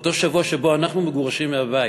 באותו שבוע שבו אנחנו מגורשים מהבית,